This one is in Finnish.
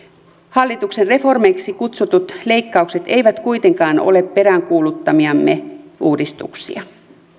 hallituksen reformeiksi kutsutut leikkaukset eivät kuitenkaan ole peräänkuuluttamiamme uudistuksia